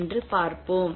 என்று பார்ப்போம்